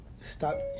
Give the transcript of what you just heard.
stop